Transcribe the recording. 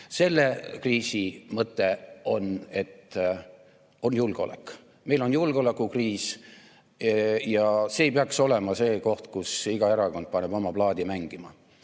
Selle kriisi mõte on julgeolek, meil on julgeolekukriis. See ei peaks olema koht, kus iga erakond paneb oma plaadi mängima.